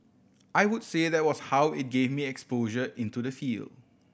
I would say that was how it gave me exposure into the field